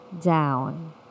down